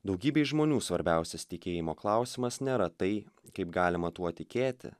daugybei žmonių svarbiausias tikėjimo klausimas nėra tai kaip galima tuo tikėti